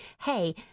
hey